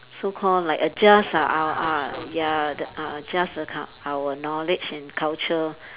so call like adjust ah uh uh ya the uh adjust the cu~ our knowledge and culture